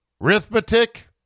arithmetic